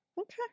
Okay